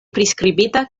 priskribita